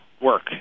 work